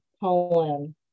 poem